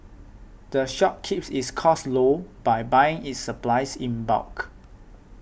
the shop keeps its costs low by buying its supplies in bulk